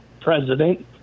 president